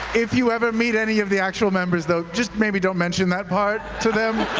if you ever meet any of the actual members, though, just maybe don't mention that part to them.